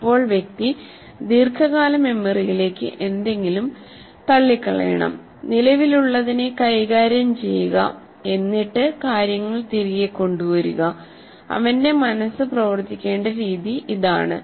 അപ്പോൾ വ്യക്തി ദീർഘകാല മെമ്മറിയിലേക്ക് എന്തെങ്കിലും തള്ളിയിടണം നിലവിലുള്ളതിനെ കൈകാര്യം ചെയ്യുക എന്നിട്ട് കാര്യങ്ങൾ തിരികെ കൊണ്ടുവരിക അവന്റെ മനസ്സ് പ്രവർത്തിക്കേണ്ട രീതി ഇതാണ്